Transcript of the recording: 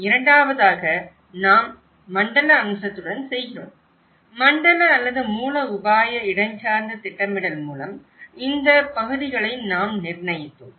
இரண்டாவதாக நாம் மண்டல அம்சத்துடன் செய்கிறோம் மண்டல அல்லது மூல உபாய இடஞ்சார்ந்த திட்டமிடல் மூலம் இந்த பகுதிகளை நாம் நிர்ணயித்தோம்